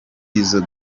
izo